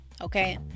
okay